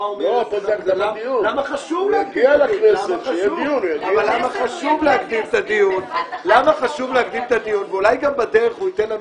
מה עומד ולמה חשוב להקדים את הדיון ואולי גם בדרך הוא ייתן לנו